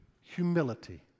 humility